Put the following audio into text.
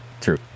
True